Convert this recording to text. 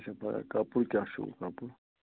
اچھا پَگاہ کَپُر کیٛاہ چھُو کَپُر